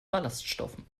ballaststoffen